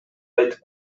айтып